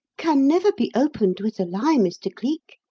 can never be opened with a lie, mr. cleek.